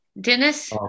Dennis